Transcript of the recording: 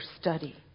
study